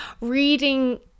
Reading